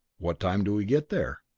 what time do we get there?